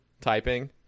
typing